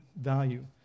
value